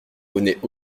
revenaient